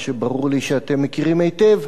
מה שברור לי שאתם מכירים היטב,